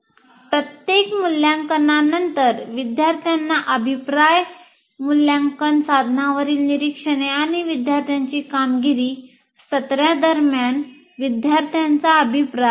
प्रत्येक मूल्यांकनानंतर विद्यार्थ्यांना अभिप्राय मूल्यांकन साधनांवरील निरीक्षणे आणि विद्यार्थ्यांची कामगिरी सत्रादरम्यान विद्यार्थ्यांचा अभिप्राय